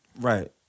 Right